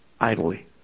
idly